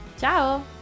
ciao